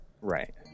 Right